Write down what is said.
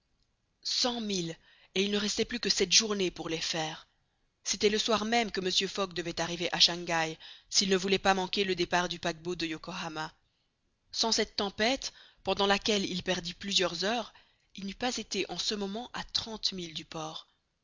milles et il ne restait plus que cette journée pour les faire c'était le soir même que mr fogg devait arriver à shangaï s'il ne voulait pas manquer le départ du paquebot de yokohama sans cette tempête pendant laquelle il perdit plusieurs heures il n'eût pas été en ce moment à trente milles du port